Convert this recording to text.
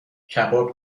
کباب